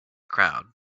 crowd